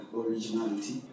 originality